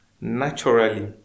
naturally